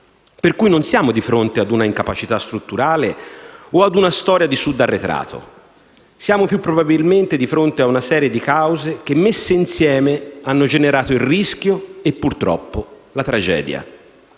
Per cui non siamo di fronte ad una incapacità strutturale o ad una storia di Sud arretrato; siamo, più probabilmente, di fronte ad una serie di cause che, messe insieme, hanno generato il rischio e, purtroppo, la tragedia.